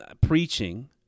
preaching